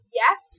yes